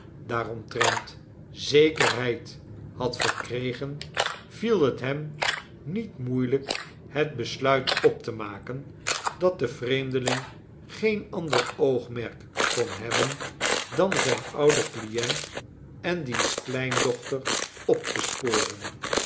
daaromtrent zekerheid had verkregen viel het hem niet moeielijk het besluit op te maken dat de vreemdeling geen ander oogmerk kon hebben dan zijn ouden client en diens kleindochter op te sporen